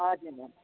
हजुर भन